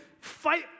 fight